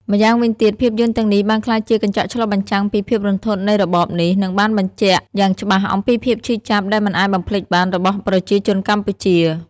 ម្យ៉ាងវិញទៀត ភាពយន្តទាំងនេះបានក្លាយជាកញ្ចក់ឆ្លុះបញ្ចាំងពីភាពរន្ធត់នៃរបបនេះ និងបានបញ្ជាក់យ៉ាងច្បាស់អំពីភាពឈឺចាប់ដែលមិនអាចបំភ្លេចបានរបស់ប្រជាជនកម្ពុជា។